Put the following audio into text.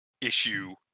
issue